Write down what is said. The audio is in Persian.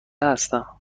هستم